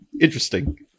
interesting